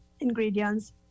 ingredients